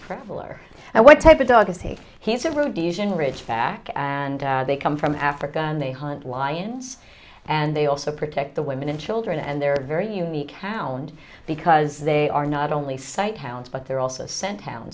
fuller and what type of dog is he he said rhodesian ridgeback and they come from africa and they hunt lions and they also protect the women and children and they're very unique howland because they are not only sight hounds but they're also sent down